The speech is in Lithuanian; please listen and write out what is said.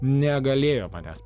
negalėjo manęs